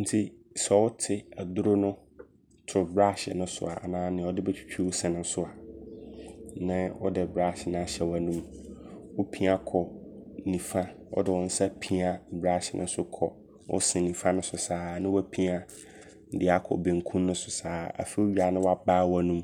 Nti sɛ wote aduro no to brush no a anaa nea wode bɛtwitwi wo se ne so a, ne wode brush no ahyɛ w'anum. Wo pia kɔ nifa. Wode wo nsa pia brush no so kɔ wo se nifa no so saa ne wapia de akɔ benkum no so saa. Afei wowie a ne wabae wanum